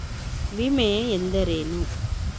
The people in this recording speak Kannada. ವಿಮೆ ಎಂದರೇನು?